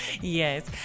Yes